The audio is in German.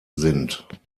sind